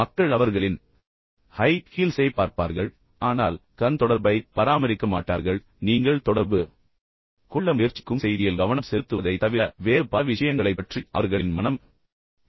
மக்கள் அவர்களின் ஹை ஹீல்ஸைப் பார்ப்பார்கள் ஆனால் கண் தொடர்பைப் பராமரிக்க மாட்டார்கள் மேலும் நீங்கள் தொடர்பு கொள்ள முயற்சிக்கும் செய்தியில் கவனம் செலுத்துவதைத் தவிர வேறு பல விஷயங்களைப் பற்றி அவர்களின் மனம் சிந்திக்கும்